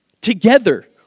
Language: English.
together